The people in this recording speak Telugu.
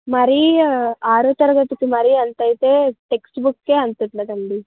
మరీ ఆరో తరగతికి మరీ అంతయితే టెక్స్ట్ బుక్కసే అంతుండదండి